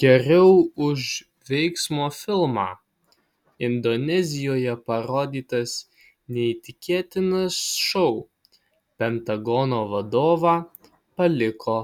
geriau už veiksmo filmą indonezijoje parodytas neįtikėtinas šou pentagono vadovą paliko